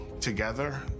together